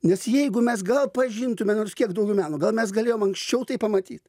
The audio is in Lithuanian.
nes jeigu mes gal pažintume nors kiek daugiau meno gal mes galėjom anksčiau tai pamatyt